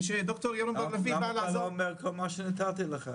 ושדוקטור ירון בר לביא --- למה אתה לא אומר כל מה שנתתי לך?